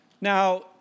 Now